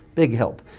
big help.